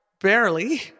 Barely